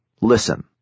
listen